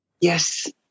Yes